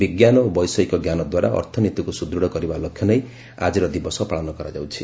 ବିଜ୍ଞାନ ଓ ବୈଷୟିକ ଜ୍ଞାନ ଦ୍ୱାରା ଅର୍ଥନୀତିକୁ ସୁଦୃଢ଼ କରିବା ଲକ୍ଷ୍ୟ ନେଇ ଆଜିର ଦିବସ ପାଳନ କରାଯାଉଛି